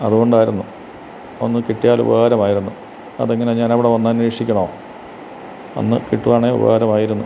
അതുകൊണ്ടായിരുന്നു ഒന്നു കിട്ടിയാൽ ഉപകാരമായിരുന്നു അതെങ്ങനെ ഞാൻ അവിടെ അന്വേഷിക്കണോ ഒന്ന് കിട്ടുവാണേ ഉപകാരമായിരുന്നു